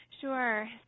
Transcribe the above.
Sure